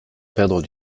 perdre